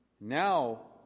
now